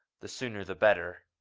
the sooner the better.